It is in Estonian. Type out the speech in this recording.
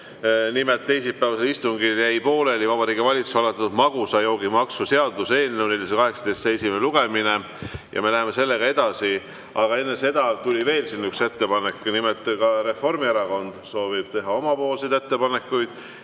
Nimelt, teisipäevasel istungil jäi pooleli Vabariigi Valitsuse algatatud magusa joogi maksu seaduse eelnõu 418 esimene lugemine ja me läheme sellega edasi. Aga enne seda tuli veel üks ettepanek. Nimelt, ka Reformierakond soovib teha omapoolseid ettepanekuid.